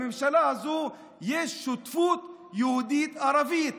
בממשלה הזאת יש שותפות יהודית-ערבית